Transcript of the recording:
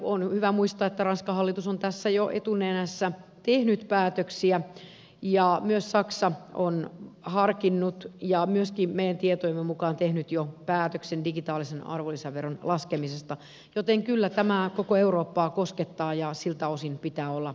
on hyvä muistaa että ranskan hallitus on tässä jo etunenässä tehnyt päätöksiä ja myös saksa on harkinnut ja myöskin meidän tietojemme mukaan tehnyt jo päätöksen digitaalisen arvonlisäveron laskemisesta joten kyllä tämä koko eurooppaa koskettaa ja siltä osin pitää olla aktiivisia